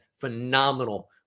phenomenal